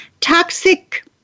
toxic